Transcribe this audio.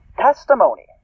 testimony